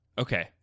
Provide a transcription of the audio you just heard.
Okay